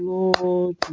Lord